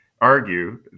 argue